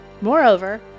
Moreover